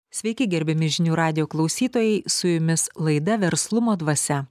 sveiki gerbiami žinių radijo klausytojai su jumis laida verslumo dvasia